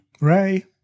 Ray